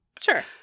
Sure